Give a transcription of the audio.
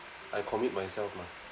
I commit myself mah